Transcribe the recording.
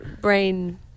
brain